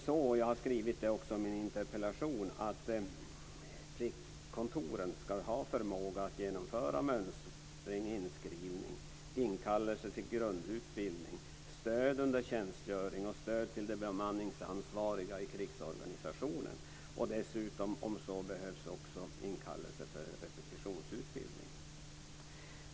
Pliktkontoren ska, vilket jag också har skrivit i min interpellation, ha förmåga att genomföra mönstring, inskrivning, inkallelse till grundutbildning, ge stöd under tjänstgöring och stöd till de bemanningsansvariga i krigsorganisationen och dessutom, om så behövs, genomföra inkallelse till repetitionsutbildning.